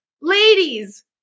Ladies